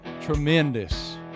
Tremendous